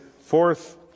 fourth